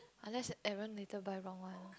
unless everyone later buy wrong one